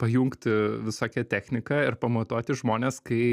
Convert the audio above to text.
pajungti visokią techniką ir pamatuoti žmones kai